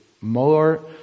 more